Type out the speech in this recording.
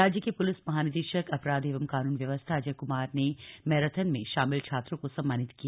राज्य के पुलिस महानिदेशक अपराध एवं कानून व्यवस्था अजय कुमार ने मैराथन में शामिल छात्रों को सम्मानित किया